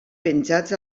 penjats